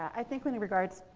i think when in regards,